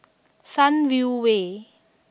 Sunview Way